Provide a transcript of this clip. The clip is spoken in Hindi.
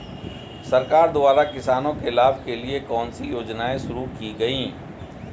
सरकार द्वारा किसानों के लाभ के लिए कौन सी योजनाएँ शुरू की गईं?